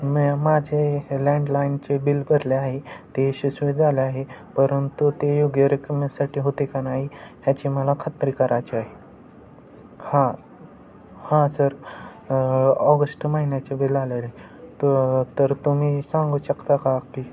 माझे लँडलाईनचे बिल भरले आहे ते झाले आहे परंतु ते योग्य रकमेसाठी होते का नाही ह्याची मला खात्री करायची आहे हां हां सर ऑगस्ट महिन्याचे बिल आलं आहे तर तर तुम्ही सांगू शकता का की